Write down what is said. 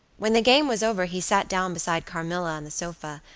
when the game was over he sat down beside carmilla on the sofa,